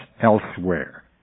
elsewhere